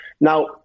Now